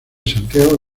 santiago